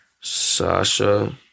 Sasha